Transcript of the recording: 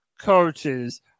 coaches